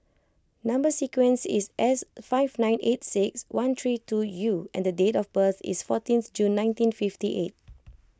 Number Sequence is S five nine eight six one three two U and the date of birth is fourteenth June nineteen fifty eight